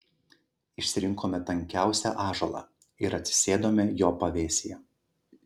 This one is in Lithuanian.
išsirinkome tankiausią ąžuolą ir atsisėdome jo pavėsyje